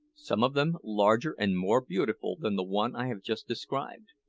some of them larger and more beautiful than the one i have just described.